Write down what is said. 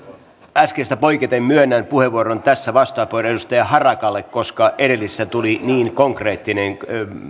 äskeisestä poiketen myönnän tässä vastauspuheenvuoron edustaja harakalle koska edellisessä tuli niin konkreettinen